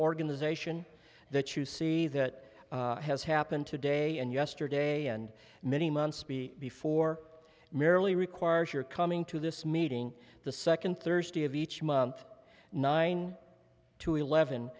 organization that you see that has happened today and yesterday and many months before merely requires your coming to this meeting the second thursday of each month nine to eleven